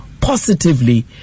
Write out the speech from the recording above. positively